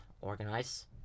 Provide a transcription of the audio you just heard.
organize